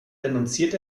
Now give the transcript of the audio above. denunziert